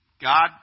God